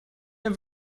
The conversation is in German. der